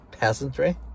peasantry